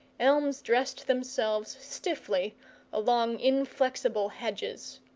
elms dressed themselves stiffly along inflexible hedges,